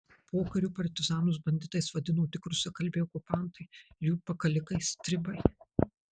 pokariu partizanus banditais vadino tik rusakalbiai okupantai ir jų pakalikai stribai